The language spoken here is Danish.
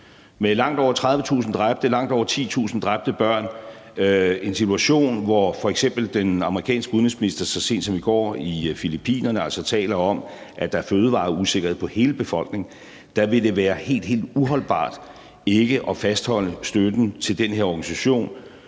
med langt over 30.000 dræbte, heraf langt over 10.000 dræbte børn, og i en situation, hvor f.eks. den amerikanske udenrigsminister så sent som i går i Filippinerne har talt om, at der er en fødevareusikkerhed i forhold til hele befolkningen, vil det være helt, helt uholdbart ikke at fastholde støtten til den her organisation,